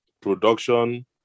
production